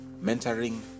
mentoring